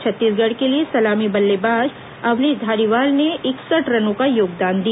छत्तीसगढ़ के लिए सलामी बल्लेबाज अवनीश धालीवाल ने इकसठ रनों का योगदान दिया